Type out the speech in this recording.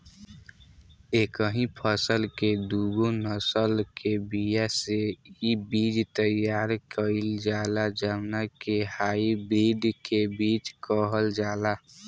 एकही फसल के दूगो नसल के बिया से इ बीज तैयार कईल जाला जवना के हाई ब्रीड के बीज कहल जाला